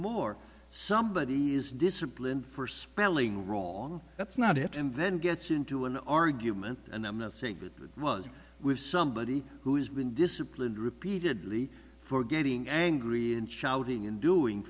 more somebody is disciplined for spelling wrong that's not it and then gets into an argument and i'm not saying it was it was somebody who has been disciplined repeatedly for getting angry and shouting and doing